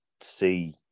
see